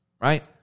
right